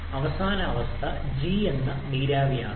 അതിനാൽ അവസാന അവസ്ഥ g എന്ന നീരാവി ആണ്